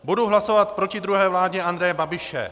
Budu hlasovat proti druhé vládě Andreje Babiše.